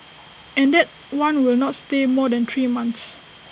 and that one will not stay more than three months